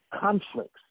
conflicts